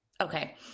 Okay